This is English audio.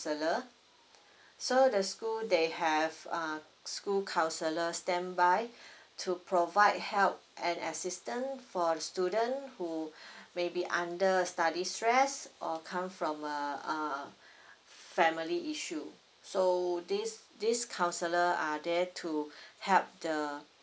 so the school they have uh school counsellor standby to provide help and assistant for student who maybe under study stress or come from a uh family issue so this this counsellor are there to help the